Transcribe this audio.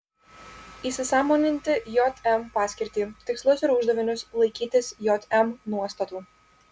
įsisąmoninti jm paskirtį tikslus ir uždavinius laikytis jm nuostatų